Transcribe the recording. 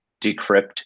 Decrypt